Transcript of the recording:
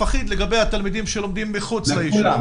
אחיד לגבי התלמידים שלומדים מחוץ ליישוב.